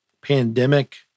pandemic